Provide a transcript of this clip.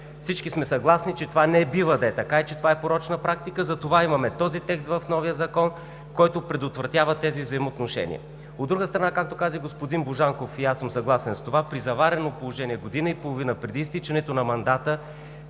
Всички сме съгласни, че това не бива да е така и е порочна практика. Затова имаме този текст в новия Закон, който предотвратява тези взаимоотношения. От друга страна, както каза и господин Божанков, и аз съм съгласен с това, при заварено положение година и половина преди изтичането на мандата,